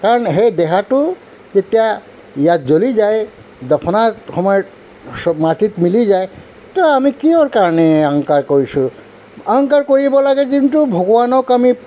কাৰণ সেই দেহাটো যেতিয়া ইয়াত জ্বলি যায় দফনাৰ সময়ত চব মাটিত মিলি যায় ত' আমি কিহৰ কাৰণে অহংকাৰ কৰিছোঁ অহংকাৰ কৰিব লাগে যোনটো ভগৱানক আমি